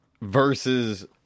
versus